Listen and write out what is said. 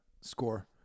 score